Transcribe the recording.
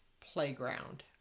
playground